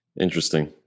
Interesting